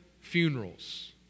funerals